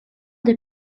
des